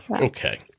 Okay